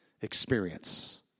experience